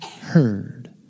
heard